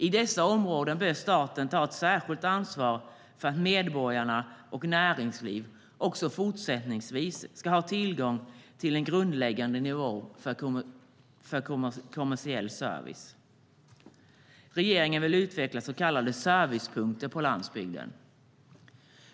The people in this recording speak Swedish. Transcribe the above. I dessa områden bör staten ta ett särskilt ansvar för att medborgarna och näringsliv också fortsättningsvis ska ha tillgång till en grundläggande nivå av kommersiell service. Regeringen vill utveckla så kallade servicepunkter på landsbygden.